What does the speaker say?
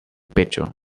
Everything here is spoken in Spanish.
pecho